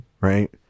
right